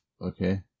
Okay